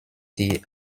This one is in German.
die